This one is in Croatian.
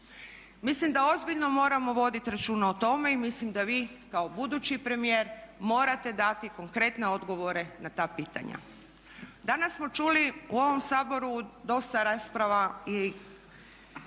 Mislim da ozbiljno moramo voditi računa o tome i mislim da vi kao budući premijer morate dati konkretne odgovore na ta pitanja. Danas smo čuli u ovom Saboru dosta rasprava i